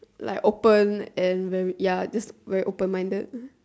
like open and very ya this very open-minded